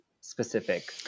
specific